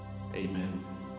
Amen